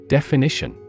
Definition